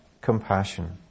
compassion